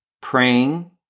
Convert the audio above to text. praying